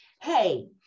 hey